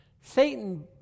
Satan